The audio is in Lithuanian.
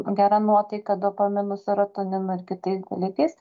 gera nuotaika dopaminu seratoninu ir kitais dalykais